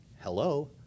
Hello